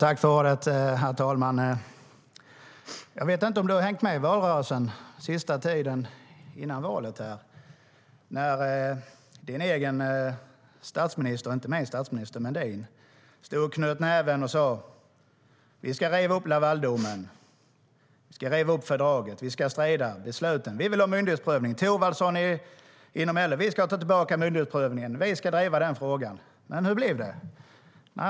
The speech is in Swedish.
Herr talman! Jag vet inte om du hängde med i valrörelsen den sista tiden före valet, Patrik Björck. Då stod din egen statsminister, inte min, och knöt näven och sa: Vi ska riva upp Lavaldomen. Vi ska riva upp fördraget. Vi ska strida mot besluten. Vi vill ha myndighetsprövning. Thorwaldsson inom LO sa: Vi ska ta tillbaka myndighetsprövningen. Vi ska driva den frågan. Men hur blev det?